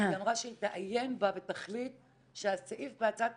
היא אמרה שהיא תעיין בה ותחליט שהסעיף בהצעת